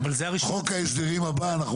חוק ההסדרים הבא.